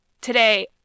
Today